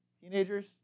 teenagers